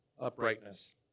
Uprightness